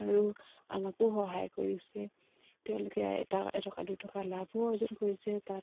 আৰু আমাকো সহায় কৰিছে তেওঁলোকে এটা এটকা দুটকা লাভো অৰ্জন কৰিছে তাত